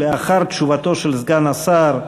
לאחר תשובתו של סגן השר,